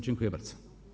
Dziękuję bardzo.